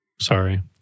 Sorry